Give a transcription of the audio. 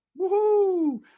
Woohoo